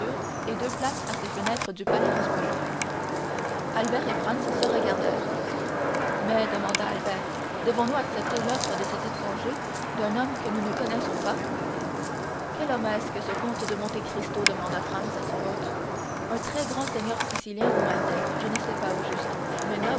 et deux places à ses fenêtres du palais rospoli albert et franz se regardèrent mais demanda albert devons-nous accepter l'offre de cet étranger d'un homme que nous ne connaissons pas quel homme est-ce que ce comte de monte cristo demanda franz à son hôte un très grand seigneur sicilien ou maltais je ne sais pas au juste mais